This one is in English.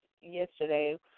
yesterday